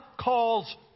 calls